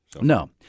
No